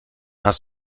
hast